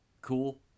cool